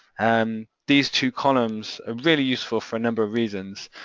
and these two columns are very useful for a number of reasons.